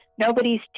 Nobody's